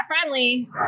friendly